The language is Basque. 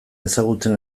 ezagutzen